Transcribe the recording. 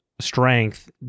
strength